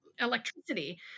electricity